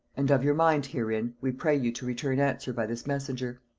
and of your mind herein we pray you to return answer by this messenger.